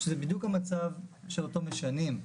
שזה בדיוק המצב שאותו משנים.